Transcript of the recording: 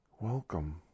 Welcome